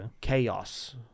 chaos